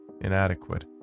inadequate